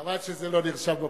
חבל שזה לא נרשם בפרוטוקול.